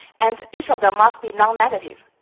and each of them must be non-negative.